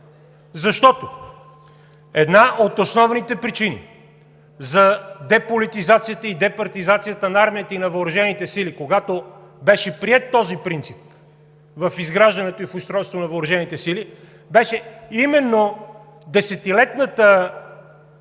Защото една от основните причини за деполитизацията и департизацията на армията и на въоръжените сили, когато беше приет този принцип в изграждането и в устройството на въоръжените сили, беше именно десетилетният